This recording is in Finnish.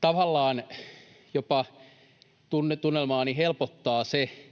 tavallaan tunnelmaani jopa helpottaa se,